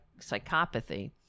psychopathy